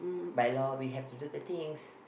by law we have to do the things